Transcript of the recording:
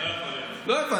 לא יכול להיות.